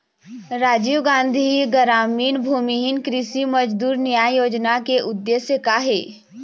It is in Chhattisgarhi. राजीव गांधी गरामीन भूमिहीन कृषि मजदूर न्याय योजना के उद्देश्य का हे?